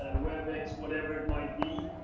ah webex, whatever it might be.